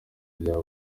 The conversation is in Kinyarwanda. bya